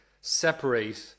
separate